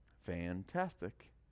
Fantastic